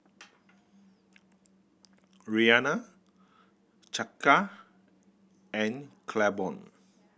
Rianna Chaka and Claiborne